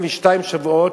ב-22 שבועות,